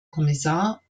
kommissar